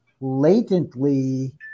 latently